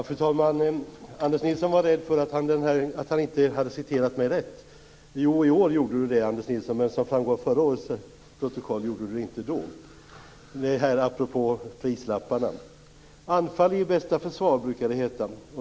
Fru talman! Anders Nilsson var rädd för att han inte hade citerat mig rätt apropå prislapparna. Jo, i år gjorde Anders Nilsson det. Men som framgår av förra årets protokoll citerade han mig inte rätt då. Anfall är bästa försvar, brukar det heta.